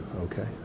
okay